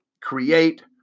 create